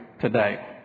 today